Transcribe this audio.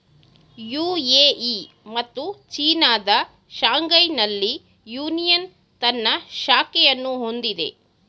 UAE ಮತ್ತು ಚೀನಾದ ಶಾಂಘೈನಲ್ಲಿ ಯೂನಿಯನ್ ತನ್ನ ಶಾಖೆಯನ್ನು ಹೊಂದಿದೆ